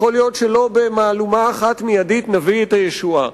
יכול להיות שלא במהלומה אחת מיידית נביא את הישועה,